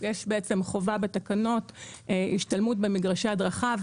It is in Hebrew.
יש חובה בתקנות לגבי השתלמות במגרשי הדרכה.